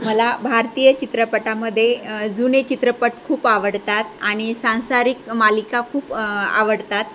मला भारतीय चित्रपटामध्ये जुने चित्रपट खूप आवडतात आणि सांसारिक मालिका खूप आवडतात